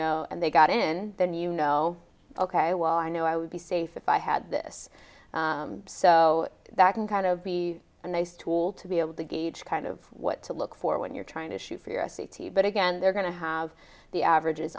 know and they got in then you know ok well i know i would be safe if i had this so that can kind of be a nice tool to be able to gauge kind of what to look for when you're trying to shoot for your i c t but again they're going to have the average